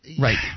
Right